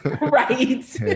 Right